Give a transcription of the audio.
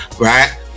right